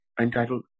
entitled